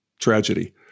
tragedy